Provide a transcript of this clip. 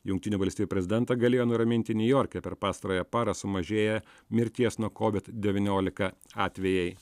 jungtinių valstijų prezidentą galėjo nuraminti niujorke per pastarąją parą sumažėję mirties nuo covid devyniolika atvejai